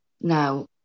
Now